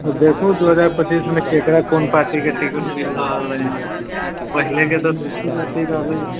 देखु दू हजार पच्चीस मे केकरा कौन पार्टीके टिकट मिल रहल अछि पहले के तऽ रहले